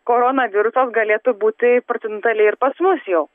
koronavirusas galėtų būti procentaliai ir pas mus jau